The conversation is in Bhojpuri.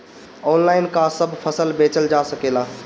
आनलाइन का सब फसल बेचल जा सकेला?